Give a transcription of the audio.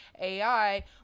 ai